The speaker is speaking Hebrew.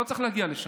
לא צריך להגיע לשם.